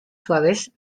suaves